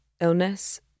illness